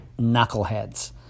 knuckleheads